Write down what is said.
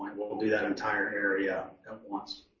we'll we'll do that entire area at once.